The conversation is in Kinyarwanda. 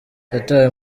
yatawe